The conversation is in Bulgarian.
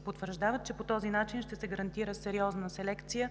потвърждават, че по този начин ще се гарантира сериозна селекция